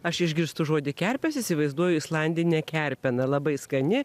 aš išgirstu žodį kerpės įsivaizduoju islandinė kerpena labai skani